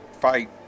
fight